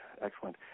Excellent